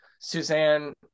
Suzanne